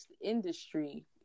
industry